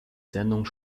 sendung